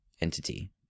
entity